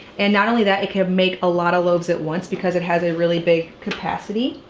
and not only that, it can make a lot of loaves at once because it has a really big capacity.